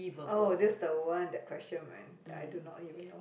oh this is the one that question man I do not even know